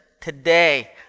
Today